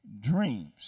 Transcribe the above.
dreams